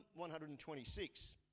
126